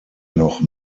noch